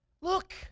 Look